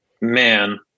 man